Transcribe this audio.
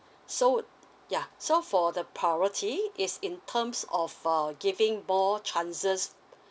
so ya so for the priority is in terms of uh giving more chances